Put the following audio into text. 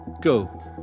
go